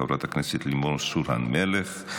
חברת הכנסת לימור סון הר מלך,